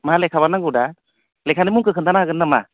मा लेखाबा नांगौदा लेखानि मुंखो खोन्थानो हागोन नामा